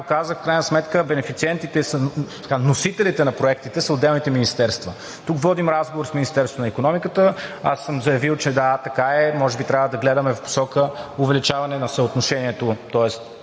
казах, в крайна сметка бенефициентите, носителите на проектите са отделните министерства. Тук водим разговор с Министерството на икономиката. Аз съм заявил, че – да, така е – може би трябва да гледаме в посока увеличаване на баланса между